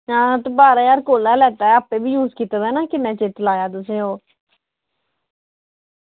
आं ते बारां ज्हार दा कुल ऐ लैते दा ते यूज़ कीते दा ना किन्ना चिर चलाया तुसें